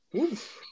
Oof